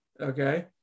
okay